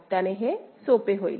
त्याने हे सोपे होईल